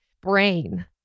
brain